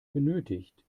benötigt